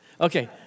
Okay